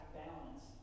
balance